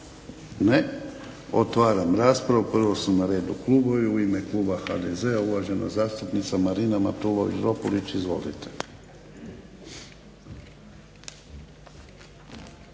Ne. Otvaram raspravu, prvo su na redu klubovi. U ime Kluba HDZ-a uvažena zastupnica Marina Matulović Dropulić. Izvolite.